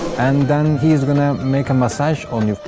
and then he is gonna make a massage on you.